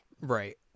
right